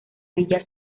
villa